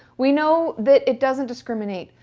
we know that it doesn't discriminate.